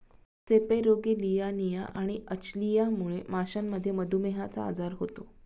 सेपेरोगेलियानिया आणि अचलियामुळे माशांमध्ये मधुमेहचा आजार होतो